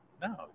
No